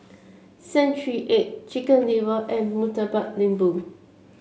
Century Egg Chicken Liver and Murtabak Lembu